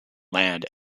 land